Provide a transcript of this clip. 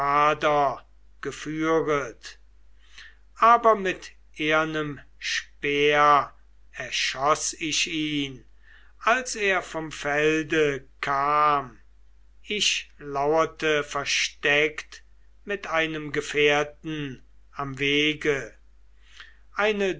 geführet aber mit ehernem speer erschoß ich ihn als er vom felde kam ich laurte versteckt mit einem gefährten am wege eine